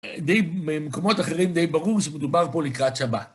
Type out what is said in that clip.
די, במקומות אחרים די ברור, זה מדובר פה לקראת שבת.